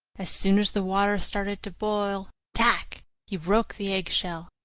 as soon as the water started to boil tac he broke the eggshell.